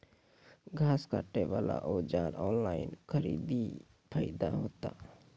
घास काटे बला औजार ऑनलाइन खरीदी फायदा होता?